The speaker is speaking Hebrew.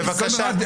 תגיד לי.